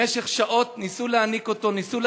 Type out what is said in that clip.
במשך שעות ניסו להיניק אותו,